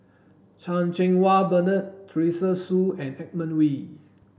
Chan Cheng Wah Bernard Teresa Hsu and Edmund Wee